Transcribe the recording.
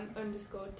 underscore